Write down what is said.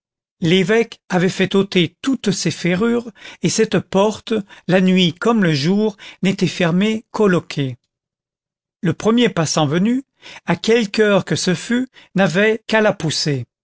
l'évêque avait fait ôter toutes ces ferrures et cette porte la nuit comme le jour n'était fermée qu'au loquet le premier passant venu à quelque heure que ce fût n'avait qu'à la pousser